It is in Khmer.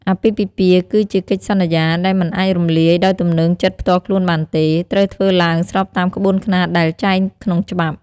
អាពាហ៍ពិពាហ៍គឺជាកិច្ចសន្យាដែលមិនអាចរំលាយដោយទំនើងចិត្តផ្ទាល់ខ្លួនបានទេ ត្រូវធ្វើឡើងស្របតាមក្បួនខ្នាតដែលចែងក្នុងច្បាប់។